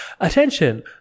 attention